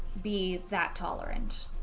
be that tolerant,